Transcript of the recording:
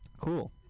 Cool